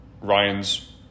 Ryan's